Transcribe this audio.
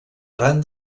ran